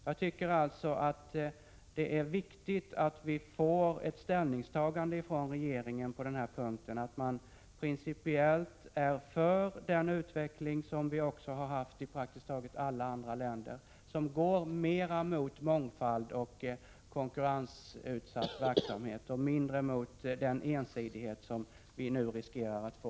Det är viktigt att regeringen redovisar ett ställningstagande på den här punkten som är positivt till en utveckling liknande den som skett i praktiskt taget alla andra länder, nämligen en utveckling som mera går mot mångfald och konkurrensutsatt verksamhet och mindre mot den ensidighet som vi nu riskerar att få.